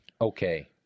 okay